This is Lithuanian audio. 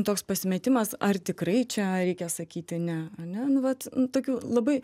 toks pasimetimas ar tikrai čia reikia sakyti ne ane nu vat tokių labai